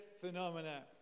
phenomena